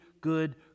good